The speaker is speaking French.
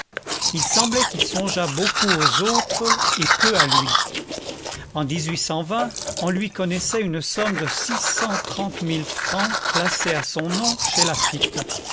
il semblait qu'il songeât beaucoup aux autres et peu à lui en on lui connaissait une somme de six cent trente mille francs placée à son nom chez laffitte